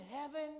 heaven